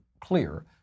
clear